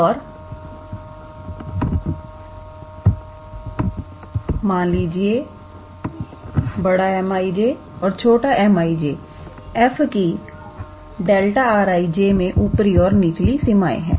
और मान लीजिए 𝑀𝑖𝑗 और 𝑚𝑖𝑗 f की ∆𝑅𝑖𝑗 मे ऊपरी और निचली सीमाएं हैं